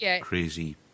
crazy